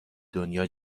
دنیا